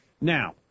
Now